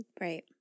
Right